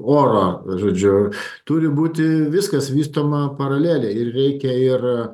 oro žodžiu turi būti viskas vystoma paraleliai reikia ir